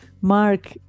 Mark